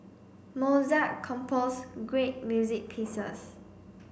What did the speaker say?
Mozart composed great music pieces